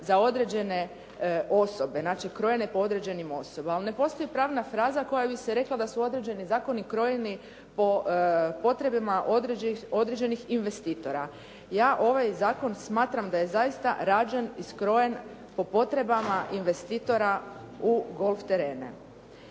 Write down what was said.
za određene osobe, znači krojene po određenim osobama. Ali ne postoji pravna fraza koja bi se rekla da su određeni zakoni krojeni po potrebama određenih investitora. Ja ovaj zakon smatram da je zaista rađen i skrojen po potrebama investitora u golf terene.